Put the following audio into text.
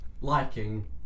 liking